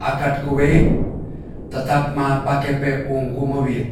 Akat kuweit tetap ma pake pe ung kumewit